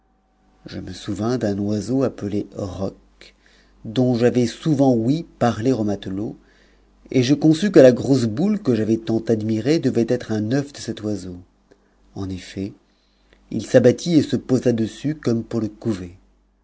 je me souvins d'un oiseau appelé roc dont j'avais souvent ouï parler aux matelots et je conçus que la grosse boule que j'avais tant admirée devait être un ceuf de cet oiseau en effet il s'abattit et se posa dessus comme pour le couver